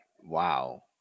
Wow